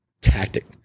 tactic